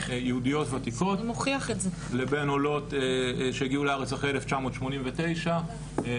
יהודיות ותיקות לבין עולות שהגיעו לארץ אחרי 1989 ושוב